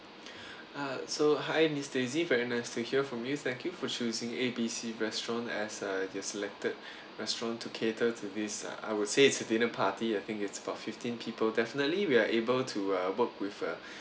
uh so hi miss daisy very nice to hear from you thank you for choosing A B C restaurant as uh your selected restaurant to cater to this uh I would say it's a dinner party I think it's about fifteen people definitely we are able to uh work with a